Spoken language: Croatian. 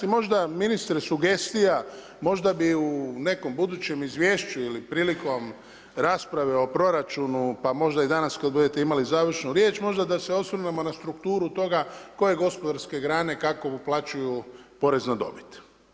I možda ministre sugestija, možda bi u nekom budućem izvješću ili prilikom rasprave o proračunu, pa možda i danas kada budete imali završnu riječ možda da se osvrnemo na strukturu toga koje gospodarske grane kako uplaćuju porez na dobit.